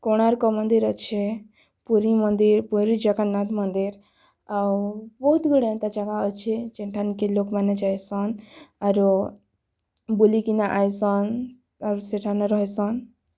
କୋଣାର୍କ ମନ୍ଦିର ଅଛେ ପୁରୀ ମନ୍ଦିର ପୁରୀ ଜଗନ୍ନାଥ ମନ୍ଦିର ଆଉ ବହୁତ୍ ଗୁଡ଼ାଏ ଏନ୍ତା ଜାଗା ଅଛେ ଯେନ୍ଠାନ୍କି ଲୋକ୍ମାନେ ଯାଇସନ୍ ଆରୁ ବୁଲିକିନା ଆଇସନ୍ ଆରୁ ସେଠାନେ ରହିସନ୍